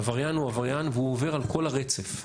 עבריין הוא עבריין והוא עובר על כל הרצף.